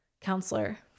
counselor